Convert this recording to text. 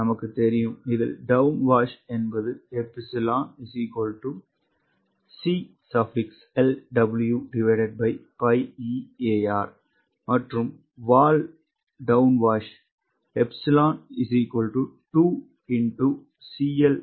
நமக்கு தெரியும் இதில் டவுன் வாஷ் என்பது 𝜖 𝐶LW𝜋𝑒𝐴𝑅 மற்றும் வால் டவுன்வாஷ் 𝜖 2𝐶LW𝜋𝑒𝐴𝑅